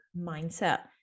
mindset